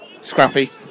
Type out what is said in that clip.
Scrappy